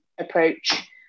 approach